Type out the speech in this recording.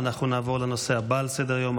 נעבור לנושא הבא על סדר-היום,